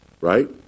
Right